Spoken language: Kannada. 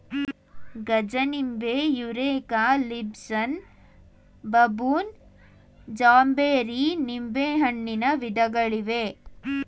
ಗಜನಿಂಬೆ, ಯುರೇಕಾ, ಲಿಬ್ಸನ್, ಬಬೂನ್, ಜಾಂಬೇರಿ ನಿಂಬೆಹಣ್ಣಿನ ವಿಧಗಳಿವೆ